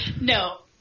No